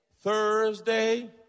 Thursday